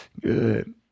Good